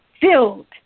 filled